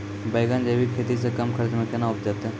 बैंगन जैविक खेती से कम खर्च मे कैना उपजते?